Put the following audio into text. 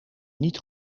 niet